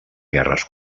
guerres